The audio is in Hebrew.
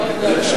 ברח?